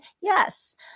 Yes